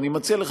אני מציע לך,